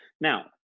Now